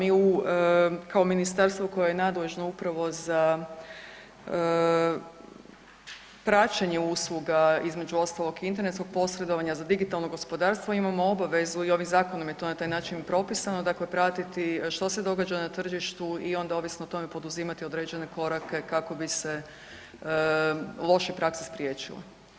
Mi kao ministarstvo koje je nadležno upravo za praćenje usluga između ostalog i internetskog posredovanja za digitalno gospodarstvo imamo obavezu i ovim zakonom je to na taj način propisano pratiti što se događa na tržištu i onda ovisno o tome poduzimati određene korake kako bi se loše prakse spriječile.